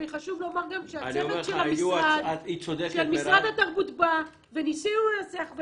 חשוב לומר גם שהצוות של משרד התרבות עשה כאן